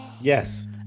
Yes